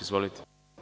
Izvolite.